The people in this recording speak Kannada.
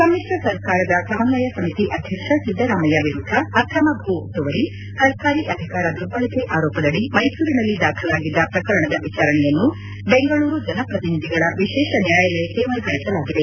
ಸಮಿತ್ರ ಸರ್ಕಾರದ ಸಮನ್ವಯ ಸಮಿತಿ ಅಧ್ಯಕ್ಷ ಸಿದ್ದರಾಮಯ್ಯ ವಿರುದ್ಧ ಅಕ್ರಮ ಭೂ ಒತ್ತುವರಿ ಸರ್ಕಾರಿ ಅಧಿಕಾರ ದುರ್ಬಳಕೆ ಆರೋಪದಡಿ ಮೈಸೂರಿನಲ್ಲಿ ದಾಖಲಾಗಿದ್ದ ಪ್ರಕರಣದ ವಿಚಾರಣೆಯನ್ನು ಬೆಂಗಳೂರು ಜನಪ್ರತಿನಿಧಿಗಳ ವಿಶೇಷ ನ್ಯಾಯಾಲಯಕ್ಕೆ ವರ್ಗಾಯಿಸಲಾಗಿದೆ